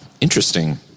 Interesting